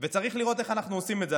וצריך לראות איך אנחנו עושים את זה.